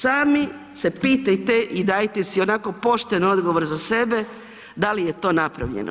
Sami se pitajte i dajte si onako pošten odgovor za sebe da li je to napravljeno.